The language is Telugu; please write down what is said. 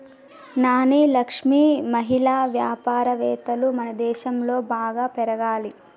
నాని లక్ష్మి మహిళా వ్యాపారవేత్తలు మనదేశంలో బాగా పెరగాలి